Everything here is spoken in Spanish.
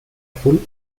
azul